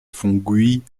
fungují